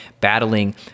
battling